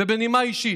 ובנימה אישית: